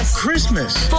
Christmas